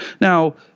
Now